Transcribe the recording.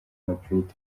madrid